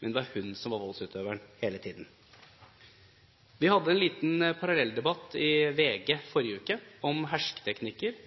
men det var hun som var voldsutøveren hele tiden. Vi hadde en liten parallelldebatt i VG i forrige uke om hersketeknikker.